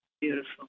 Beautiful